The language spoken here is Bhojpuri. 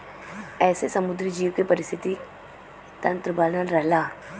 एसे समुंदरी जीव के पारिस्थितिकी तन्त्र बनल रहला